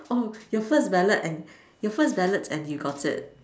oh your first ballot and your first ballot and you got it